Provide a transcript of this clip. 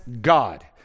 God